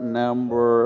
number